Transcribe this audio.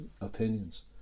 opinions